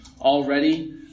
already